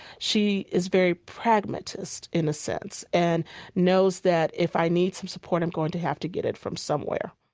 she is very pragmatist, in a sense, and knows that if i need some support, i'm going to have to get it from somewhere